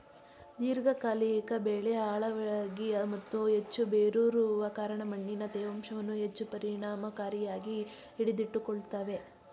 ದೀರ್ಘಕಾಲಿಕ ಬೆಳೆ ಆಳವಾಗಿ ಮತ್ತು ಹೆಚ್ಚು ಬೇರೂರುವ ಕಾರಣ ಮಣ್ಣಿನ ತೇವಾಂಶವನ್ನು ಹೆಚ್ಚು ಪರಿಣಾಮಕಾರಿಯಾಗಿ ಹಿಡಿದಿಟ್ಟುಕೊಳ್ತವೆ